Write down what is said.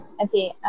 okay